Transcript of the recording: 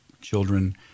children